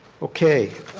okay.